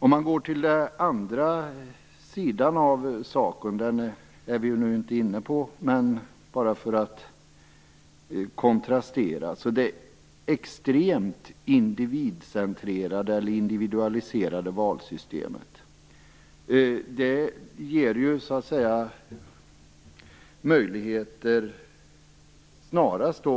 Den andra sidan av saken, det extremt individualiserade valsystemet, är vi inte inne på, men vi kan ta upp det för att kontrastera. Det systemet ger snarast möjligheter